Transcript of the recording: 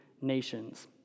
nations